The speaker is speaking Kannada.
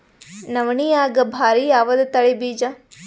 ನವಣಿಯಾಗ ಭಾರಿ ಯಾವದ ತಳಿ ಬೀಜ?